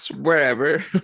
Wherever